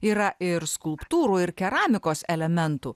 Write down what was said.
yra ir skulptūrų ir keramikos elementų